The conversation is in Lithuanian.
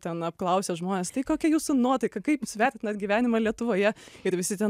ten apklausia žmones tai kokia jūsų nuotaika kaip jūs vertinat gyvenimą lietuvoje ir visi ten